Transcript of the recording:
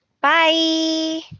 Bye